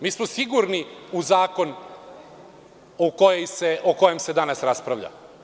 Mi smo sigurni u zakon o kojem se danas raspravlja.